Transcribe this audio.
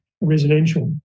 residential